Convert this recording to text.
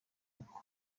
uko